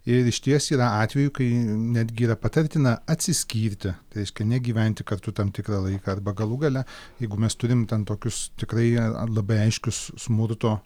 ir išties yra atvejų kai netgi yra patartina atsiskirti tai reiškia negyventi kartu tam tikrą laiką arba galų gale jeigu mes turim ten tokius tikrai labai aiškius smurto